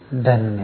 धन्यवाद